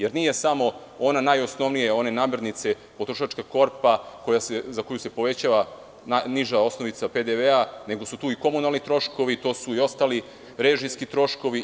Jer, nije samo one osnovne namirnice, potrošačka korpa za koju se povećava niža osnovica PDV, nego su tu i komunalni troškovi, to su i ostali režijski troškovi.